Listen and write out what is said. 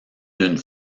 d’une